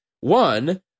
One